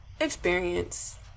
Experience